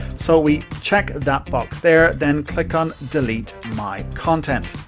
so, we check that box there, then click on delete my content.